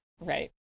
Right